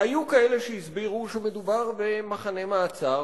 היו כאלה שהסבירו שמדובר במחנה מעצר